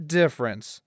difference